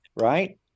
right